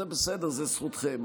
זה בסדר, זו זכותכם.